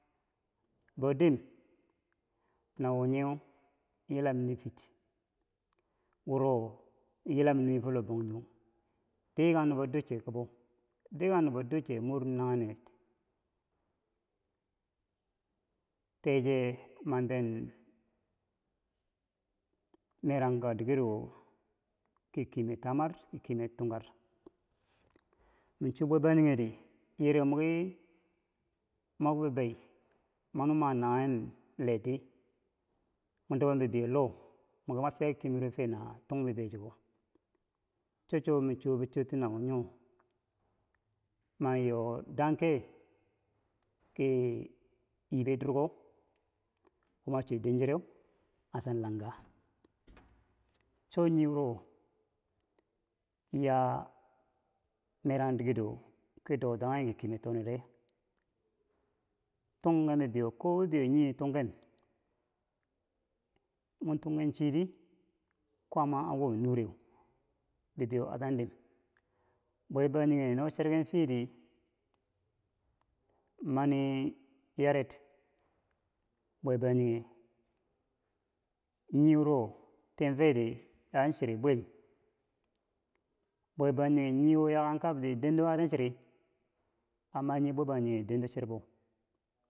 bou dim nawo nyeu yilam nifit wuro yilam nii fo la bangjong tikang nubo duche kabo dikanghe nubo duche mor nanyenee teche manten meranka dikero ki kemet tamar ki kemer tungar. mi cho bwe bangjingheti yire mo ki moki bibei mani ma nanyen lehti mo dibou bibuyo mo ki mo fiya kemero fe na tung bibei chuko cho chwo mi cho bi chot ti nawo nyo ma yo dangke ki yibe durko wo ma cho dencherau Hassan Langa choniwuro ya merang dikero ki dotanghe ki kemer toonere tungken bibeiyo ko bibeiyo nyiri mo tunghen chiri kwaama an womom nureu bibeyo atan dim bwebangjinghe no cherken fiye di mani yared bwebangjinghe niwuro timferi an cheri bwiil bwebangjinghe yaken kabidi dendo atin cheri a manghii bwebanginghe dendo cherbo?